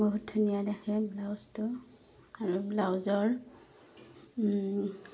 বহুত ধুনীয়া দেখে ব্লাউজটো আৰু ব্লাউজৰ